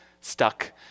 stuck